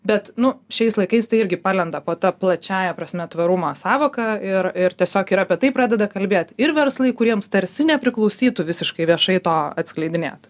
bet nu šiais laikais tai irgi palenda po ta plačiąja prasme tvarumo sąvoka ir ir tiesiog ir apie tai pradeda kalbėt ir verslai kuriems tarsi nepriklausytų visiškai viešai to atskleidinėt